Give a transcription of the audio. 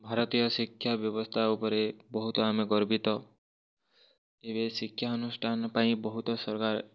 ଭାରତୀୟ ଶିକ୍ଷା ବ୍ୟବସ୍ଥା ଉପରେ ବହୁତ ଆମେ ଗର୍ବିତ ଏବେ ଶିକ୍ଷା ଅନୁଷ୍ଠାନ ପାଇଁ ବହୁତ ସରକାର